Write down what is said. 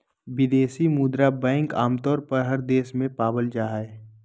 विदेशी मुद्रा बैंक आमतौर पर हर देश में पावल जा हय